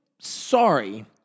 sorry